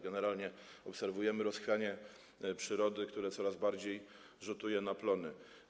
Generalnie obserwujemy rozchwianie przyrody, które coraz bardziej rzutuje na plony.